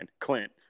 Clint